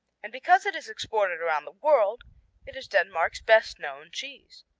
and because it is exported around the world it is denmark's best-known cheese.